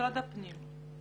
משרד הפנים.